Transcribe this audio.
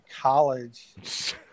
college